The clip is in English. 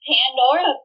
Pandora